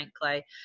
clay